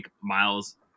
Miles